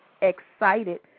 excited